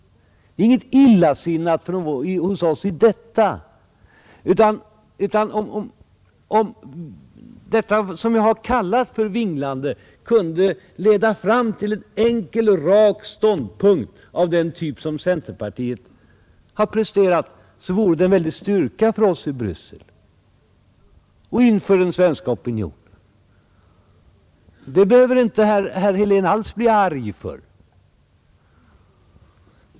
Det är inget illasinnat från oss, Om det som jag har kallat för ett vinglande kunde leda fram till en enkel och rak ståndpunkt av den typ som centerpartiet har presterat vore det en styrka för oss i Bryssel och inför den svenska opinionen, Det behöver inte herr Helén alls bli arg för.